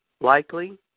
likely